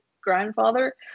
grandfather